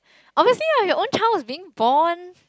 obviously lah your own child was being born